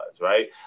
right